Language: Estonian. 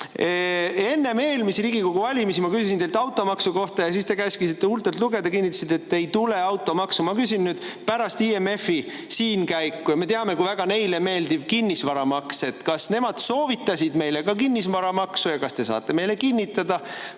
Enne eelmisi Riigikogu valimisi ma küsisin teilt automaksu kohta ja siis te käskisite huultelt lugeda ja kinnitasite, et automaksu ei tule. Ma küsin pärast IMF‑i siin käiku – me teame, kui väga neile meeldib kinnisvaramaks –, kas nemad soovitasid meile ka kinnisvaramaksu. Kas te saate meile kinnitada,